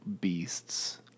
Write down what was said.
beasts